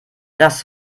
das